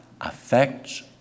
affects